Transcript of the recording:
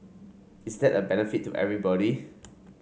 is that of benefit to everybody